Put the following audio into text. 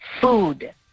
food